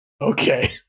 Okay